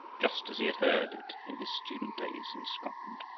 just as he had heard it in his student days in scotland.